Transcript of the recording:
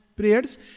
prayers